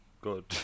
good